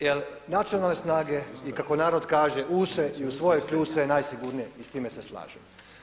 Jer nacionalne snage i kako narod kaže „use i u svoje kljuse“ je najsigurnije i sa time se slažem.